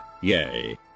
yay